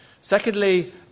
Secondly